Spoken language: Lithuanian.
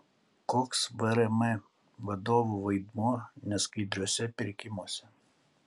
koks vrm vadovų vaidmuo neskaidriuose pirkimuose